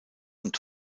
und